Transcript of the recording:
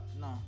no